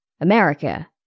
America